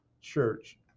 Church